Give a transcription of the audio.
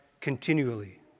continually